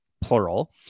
plural